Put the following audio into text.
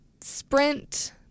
sprint